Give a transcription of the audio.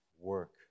work